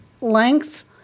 length